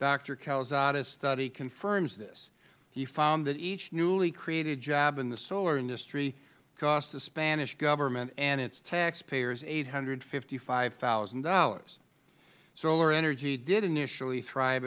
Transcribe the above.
calzada's study confirms this he found that each newly created job in the solar industry cost the spanish government and its taxpayers eight hundred and fifty five thousand dollars solar energy did initially thrive